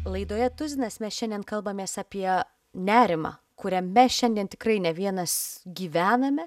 laidoje tuzinas mes šiandien kalbamės apie nerimą kuriame šiandien tikrai ne vienas gyvename